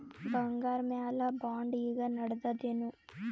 ಬಂಗಾರ ಮ್ಯಾಲ ಬಾಂಡ್ ಈಗ ನಡದದೇನು?